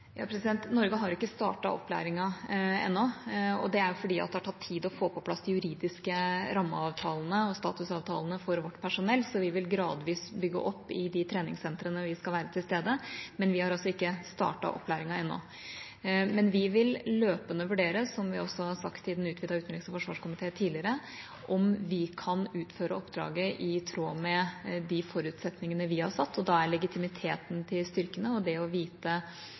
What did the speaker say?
Norge har ikke startet opplæringa ennå, og det er fordi det har tatt tid å få på plass de juridiske rammeavtalene og statusavtalene for vårt personell, så vi vil gradvis bygge opp i de treningssentrene vi skal være til stede. Men vi har ikke startet opplæringa ennå. Vi vil løpende vurdere – noe vi også har sagt i den utvidede utenriks- og forsvarskomité tidligere – om vi kan utføre oppdraget i tråd med de forutsetningene vi har satt, og da er legitimiteten til styrkene og det å vite